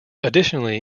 additionally